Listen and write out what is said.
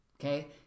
okay